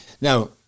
Now